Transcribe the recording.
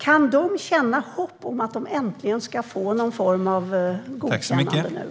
Kan de känna hopp om att de nu äntligen ska få någon form av godkännande?